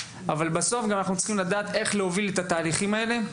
אבל בסוף אנחנו צריכים לדעת איך להוביל את התהליכים האלה.